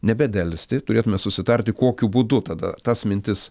nebedelsti turėtume susitarti kokiu būdu tada tas mintis